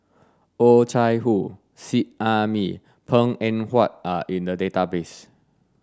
Oh Chai Hoo Seet Ai Mee Png Eng Huat are in the database